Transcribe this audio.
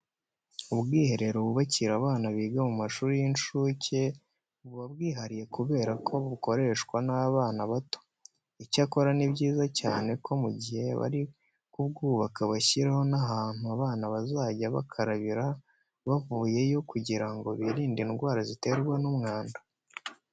Ubwiherero bubakira abana biga mu mashuri y'incuke buba bwihariye kubera ko bukoreshwa n'abana bato. Icyakora ni byiza cyane ko mu gihe bari kubwubaka bashyiraho n'ahantu abana bazajya bakarabira bavuyeyo kugira ngo birinde indwara ziterwa n'umwanda.